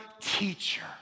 teacher